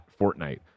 Fortnite